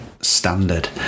standard